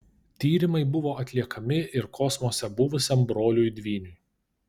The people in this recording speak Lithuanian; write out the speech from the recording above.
tyrimai buvo atliekami ir kosmose buvusiam broliui dvyniui